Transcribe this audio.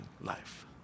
life